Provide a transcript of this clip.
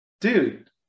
Dude